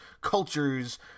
cultures